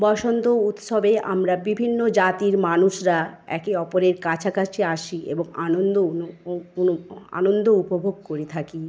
বসন্ত উৎসবে আমরা বিভিন্ন জাতির মানুষরা একে অপরের কাছাকাছি আসি এবং আনন্দ আনন্দ উপভোগ করে থাকি